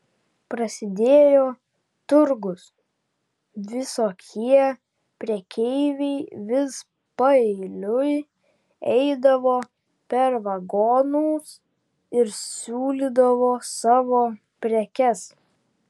prasidėjo turgus visokie prekeiviai vis paeiliui eidavo per vagonus ir siūlydavo savo prekes